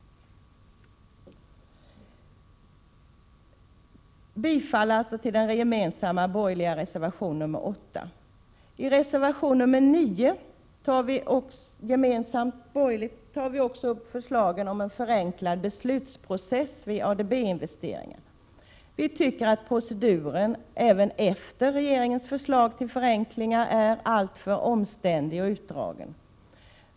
Bifall alltså till den gemensamma borgerliga reservationen 8. I reservation 9, också den gemensam för de borgerliga, tar vi upp förslaget om en förenklad beslutsprocess vid ADB-investeringar. Vi tycker att proceduren även efter regeringens förslag till förenklingar är alltför omständlig och utdragen.